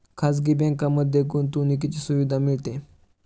खाजगी बँकांमध्ये गुंतवणुकीची सुविधा मिळते